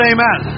Amen